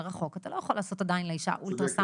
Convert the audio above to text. מרחוק את הלא יכול עדיין לעשות לאישה אולטרסאונד.